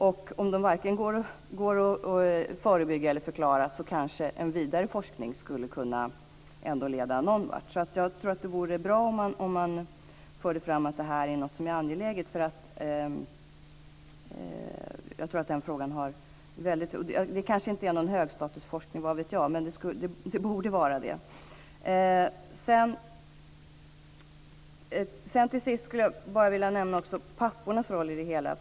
Och om de varken går att förebygga eller förklara så skulle kanske en vidare forskning ändå kunna leda någonvart. Jag tror att det vore bra om man förde fram att det här är något som är angeläget. Det kanske inte är någon högstatusforskning, vad vet jag? Men det borde vara det. Till sist skulle jag också bara vilja nämna pappornas roll i det hela.